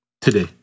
today